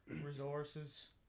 resources